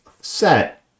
set